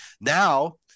now